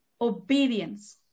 Obedience